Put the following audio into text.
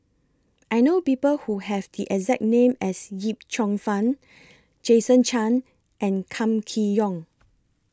I know People Who Have The exact name as Yip Cheong Fun Jason Chan and Kam Kee Yong